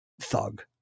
thug